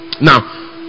Now